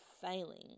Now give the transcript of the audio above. failing